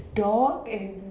dog and